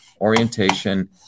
orientation